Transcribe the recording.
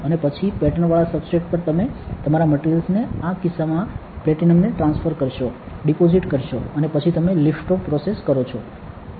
અને પછી પેટર્નવાળા સબસ્ટ્રેટ પર તમે તમારા માટેરિયલ્સને આ કિસ્સામાં પ્લેટિનમ ને ટ્રાન્સફર કરશો ડિપોસિટ કરશો અને પછી તમે લિફ્ટ ઓફ પ્રોસેસ કરો છો